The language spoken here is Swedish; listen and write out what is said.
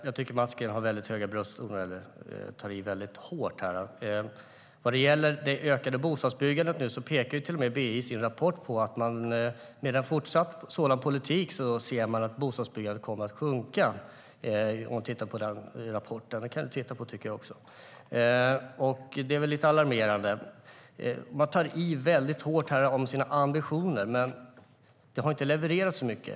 Herr talman! Jag tycker att Mats Green tar till brösttoner. Han tar i väldigt hårt. Man tar i väldigt hårt om sina ambitioner, men det har inte levererats så mycket.